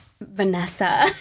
Vanessa